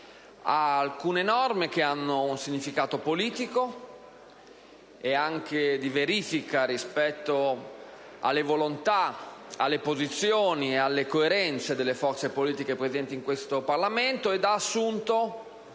alcune norme che hanno un significato politico e anche di verifica rispetto alle volontà, alle posizioni e alle coerenze delle forze politiche presenti in questo Parlamento e ha assunto,